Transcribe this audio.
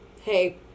hey